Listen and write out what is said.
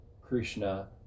Krishna